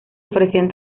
ofrecían